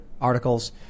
articles